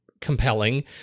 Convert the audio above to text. compelling